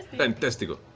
fantastical.